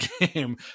game